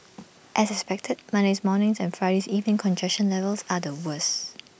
as expected Monday's morning's and Friday's evening's congestion levels are the worse